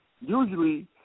usually